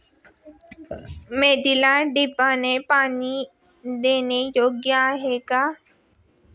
मेथीला ड्रिपने पाणी देणे योग्य आहे का?